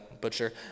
butcher